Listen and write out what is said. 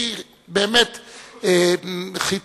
תמצא ותעשה עיכוב הליכים,